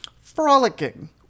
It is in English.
frolicking